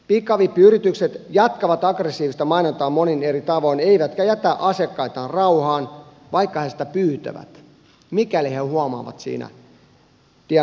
pikavippiyritykset jatkavat aggressiivista mainontaa monin eri tavoin eivätkä jätä asiakkaitaan rauhaan vaikka nämä sitä pyytävät mikäli ne huomaavat siinä tienaamisen mahdollisuuden